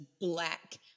black